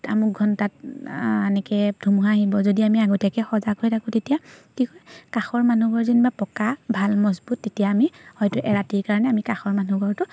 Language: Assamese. আমুক ঘণ্টাত এনেকৈ ধুমুহা আহিব যদি আমি আগতীয়াকৈ সজাগ হৈ থাকোঁ তেতিয়া কি হয় কাষৰ মানুহঘৰ যেনিবা পকা ভাল মজবুত তেতিয়া আমি হয়তো এৰাতিৰ কাৰণে আমি কাষৰ মানুহঘৰতো